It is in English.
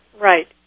Right